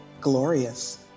glorious